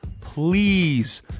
please